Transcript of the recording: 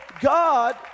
God